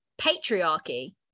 patriarchy